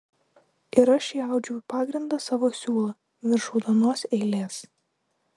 ir aš įaudžiau į pagrindą savo siūlą virš raudonos eilės